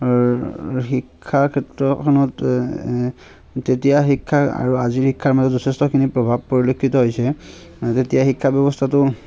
আৰু শিক্ষা ক্ষেত্ৰখনত তেতিয়াৰ শিক্ষা আৰু আজিৰ শিক্ষাৰ মাজত যথেষ্টখিনি প্ৰভাৱ পৰিলক্ষিত হৈছে তেতিয়া শিক্ষা ব্যৱস্থাটো